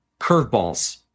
curveballs